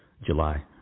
July